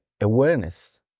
awareness